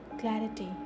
clarity